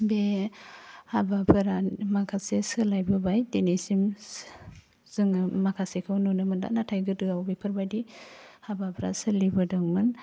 बे हाबाफोरा माखासे सोलाइबोबाय दिनैसिम जोङो माखासेखौ नुनो मोनला नाथाइ गोदोयाव बेफोरबायदि हाबाफ्रा सोलिबोदोंमोन